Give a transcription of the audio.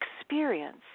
experience